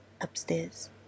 upstairs